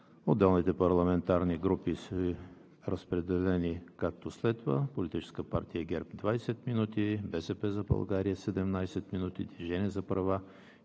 отделните парламентарни групи са разпределени, както следва: Политическа партия ГЕРБ – 20 минути; „БСП за България“ – 17 минути; „Движение за права